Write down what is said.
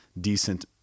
decent